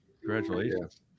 Congratulations